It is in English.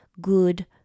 good